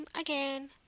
again